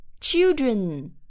children